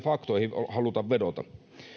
faktoihin haluta vedota